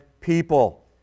people